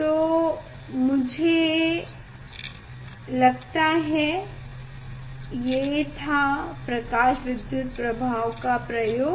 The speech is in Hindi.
तो मुझे लगता है ये था प्रकाश विद्युत प्रभाव का प्रयोग